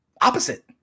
Opposite